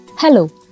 Hello